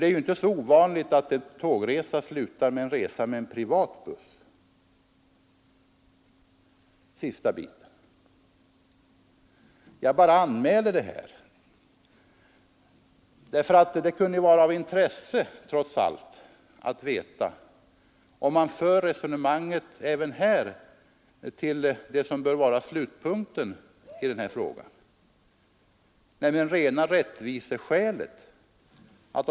Det är ju inte så ovanligt att en tågresa ansluter till en resa med en privat buss sista biten. Jag bara anmäler detta här, därför att det kunde ju vara av intresse att veta om man för resonemanget fram till det som bör vara slutpunkten i den här frågan, nämligen rena rättviseskälet.